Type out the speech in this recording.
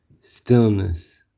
stillness